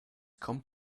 kommt